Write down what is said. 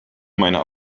meiner